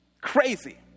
crazy